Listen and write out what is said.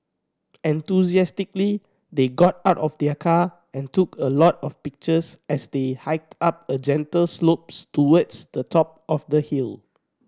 enthusiastically they got out of their car and took a lot of pictures as they hiked up a gentle slopes towards the top of the hill